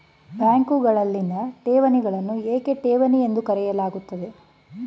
ಬ್ಯಾಂಕುಗಳಲ್ಲಿನ ಠೇವಣಿಗಳನ್ನು ಏಕೆ ಠೇವಣಿ ಎಂದು ಕರೆಯಲಾಗುತ್ತದೆ?